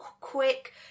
quick